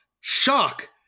shock